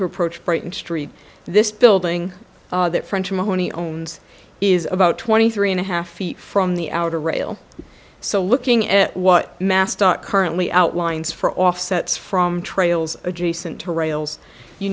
to approach brighton street this building that french mony owns is about twenty three and a half feet from the outer rail so looking at what mast are currently outlines for offsets from trails adjacent to rails you